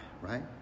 right